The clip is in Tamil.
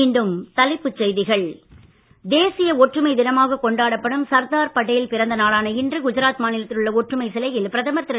மீண்டும் தலைப்புச் செய்திகள் தேசிய ஒற்றுமை தினமாகக் கொண்டாடப்படும் சர்தார் படேல் பிறந்த நாளான இன்று குஜராத் மாநிலத்தில் உள்ள ஒற்றுமை சிலையில் பிரதமர் திரு